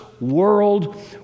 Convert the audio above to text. world